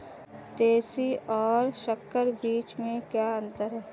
देशी और संकर बीज में क्या अंतर है?